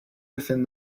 within